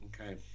okay